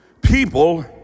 people